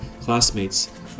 classmates